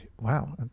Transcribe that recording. wow